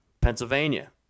Pennsylvania